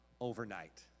overnight